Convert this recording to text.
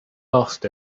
asked